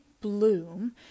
Bloom